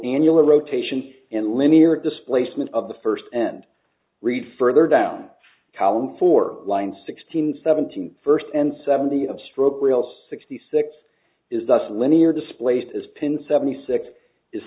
annular rotation and linear displacement of the first and read further down column for line sixteen seventeen first and seventy of stroke reels sixty six is thus linear displaced as pin seventy six is